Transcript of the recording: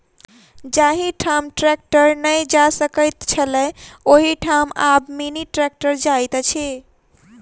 जाहि ठाम ट्रेक्टर नै जा सकैत छलै, ओहि ठाम आब मिनी ट्रेक्टर जाइत अछि